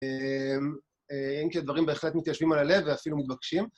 עם כי הדברים בהחלט מתיישבים על הלב ואפילו מתבקשים.